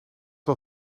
wel